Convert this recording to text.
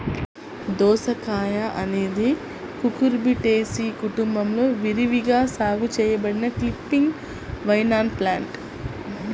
దోసకాయఅనేది కుకుర్బిటేసి కుటుంబంలో విరివిగా సాగు చేయబడిన క్రీపింగ్ వైన్ప్లాంట్